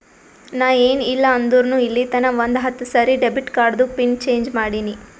ನಾ ಏನ್ ಇಲ್ಲ ಅಂದುರ್ನು ಇಲ್ಲಿತನಾ ಒಂದ್ ಹತ್ತ ಸರಿ ಡೆಬಿಟ್ ಕಾರ್ಡ್ದು ಪಿನ್ ಚೇಂಜ್ ಮಾಡಿನಿ